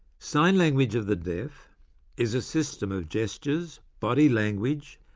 sign language of the deaf is a system of gestures, body language,